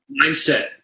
mindset